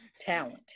talent